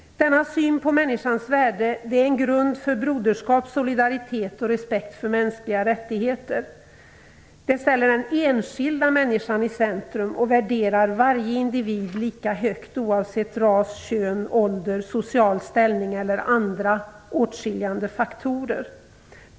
Denna syn på människans värde är en grund för broderskap, solidaritet och respekt för mänskliga rättigheter. Den ställer den enskilda människan i centrum och värderar varje individ lika högt, oavsett ras, kön, ålder, social ställning eller andra åtskiljande faktorer.